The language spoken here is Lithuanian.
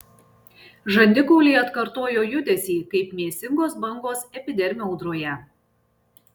žandikauliai atkartojo judesį kaip mėsingos bangos epidermio audroje